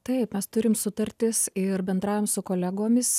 taip mes turim sutartis ir bendraujam su kolegomis